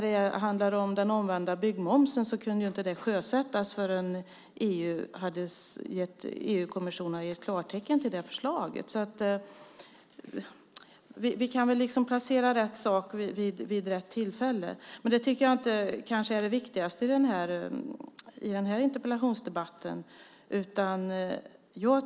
Den omvända byggmomsen kunde inte sjösättas förrän EU-kommissionen hade gett klartecken till förslaget. Vi kan väl placera rätt sak vid rätt tillfälle. Men detta är inte det viktigaste i den här interpellationsdebatten.